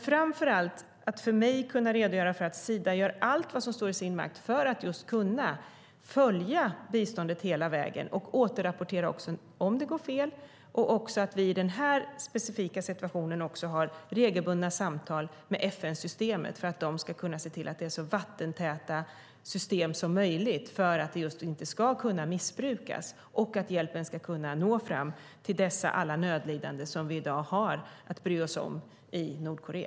Framför allt är det bra att jag kunnat redogöra för att Sida gör allt som står i dess makt för att kunna följa biståndet hela vägen och återrapportera om något går fel. Jag har också kunnat redogöra för att vi i den här specifika situationen har regelbundna samtal med FN-systemen så att de kan se till att systemen är så vattentäta som möjligt och inte ska kunna missbrukas, utan hjälpen ska kunna nå fram till alla de nödlidande som vi i dag har att bry oss om i Nordkorea.